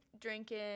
drinking